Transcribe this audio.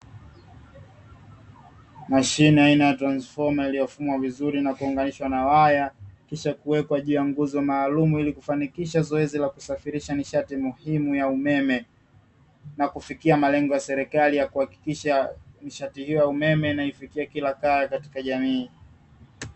Mashine aina transfoma iliyofungwa vizuri na kuunganishwa na waya. Kisha kuwekwa juu ya nguzo maalumu ili kufanikisha zoezi la kusafirisha nishati muhimu ya umeme na kufikia malengo ya serikali ya kuhakikisha umeme naifikia kila kaya katika jamii.